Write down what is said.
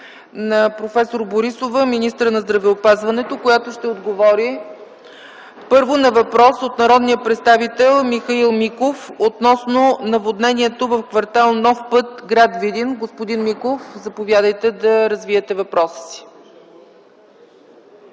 на проф. Борисова – министър на здравеопазването, която първо ще отговори на въпрос от народния представител Михаил Миков относно наводнението в кв. „Нов път” в град Видин. Господин Миков, заповядайте да развиете въпроса си.